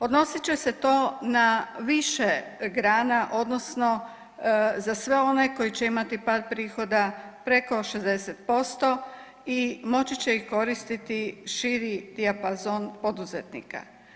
Odnosit će se to na više grana odnosno za sve one koji će imati pad prihoda preko 60% i moći će ih koristiti širi dijapazon poduzetnika.